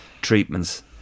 treatments